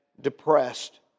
depressed